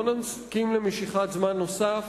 לא נסכים למשיכת זמן נוסף.